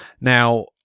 Now